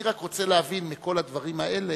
אני רק רוצה להבין מכל הדברים האלה,